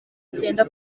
icyenda